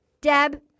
Deb